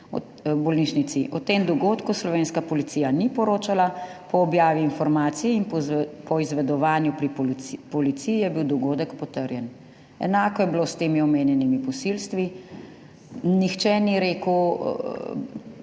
o tem dogodku slovenska policija ni poročala, po objavi informacij in po poizvedovanju pri policiji je bil dogodek potrjen. Enako je bilo s temi omenjenimi posilstvi. Nihče ni rekel,